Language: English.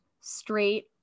straight